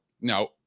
no